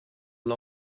his